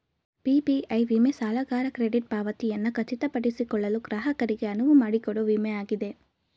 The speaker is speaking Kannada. ಪಿ.ಪಿ.ಐ ವಿಮೆ ಸಾಲಗಾರ ಕ್ರೆಡಿಟ್ ಪಾವತಿಯನ್ನ ಖಚಿತಪಡಿಸಿಕೊಳ್ಳಲು ಗ್ರಾಹಕರಿಗೆ ಅನುವುಮಾಡಿಕೊಡೊ ವಿಮೆ ಆಗಿದೆ